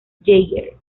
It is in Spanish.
jagger